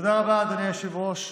תודה רבה, אדוני היושב-ראש.